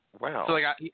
Wow